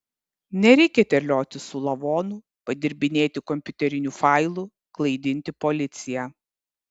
nereikia terliotis su lavonu padirbinėti kompiuterinių failų klaidinti policiją